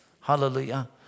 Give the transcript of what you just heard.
Hallelujah